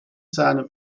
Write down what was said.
seinem